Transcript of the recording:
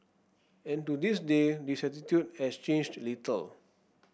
and to this day this attitude has changed little